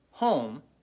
Home